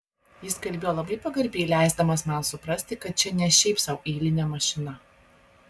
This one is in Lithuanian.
jis kalbėjo labai pagarbiai leisdamas man suprasti kad čia ne šiaip sau eilinė mašina